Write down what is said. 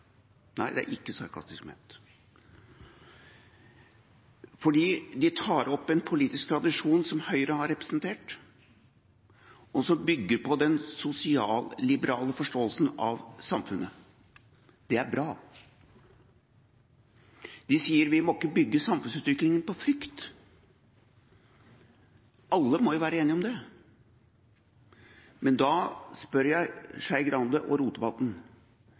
nei, det er ikke sarkastisk ment. De tar opp en politisk tradisjon som Høyre har representert, og som bygger på den sosialliberale forståelsen av samfunnet. Det er bra. De sier at vi ikke må bygge samfunnsutviklingen på frykt. Alle må jo være enige om det. Men da spør jeg Skei Grande og Rotevatn: